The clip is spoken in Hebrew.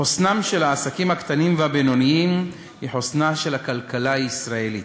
חוסנם של העסקים הקטנים והבינוניים הוא חוסנה של הכלכלה הישראלית.